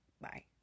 bye